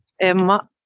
Emma